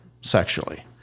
sexually